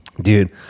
Dude